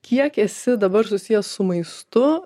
kiek esi dabar susijęs su maistu